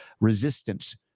resistance